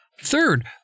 Third